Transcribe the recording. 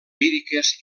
líriques